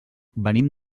venim